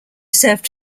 served